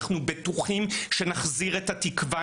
אנחנו בטוחים שנחזיר את התקווה,